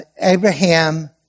Abraham